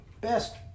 best